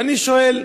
ואני שואל: